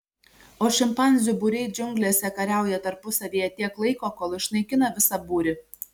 o šimpanzių būriai džiunglėse kariauja tarpusavyje tiek laiko kol išnaikina visą būrį